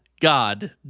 god